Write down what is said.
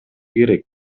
керек